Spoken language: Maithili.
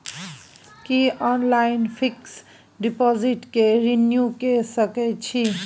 की ऑनलाइन फिक्स डिपॉजिट के रिन्यू के सकै छी?